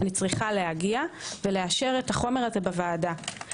אני צריכה להגיע ולאשר את החומר הזה בוועדה.